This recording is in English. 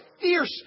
fierce